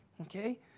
okay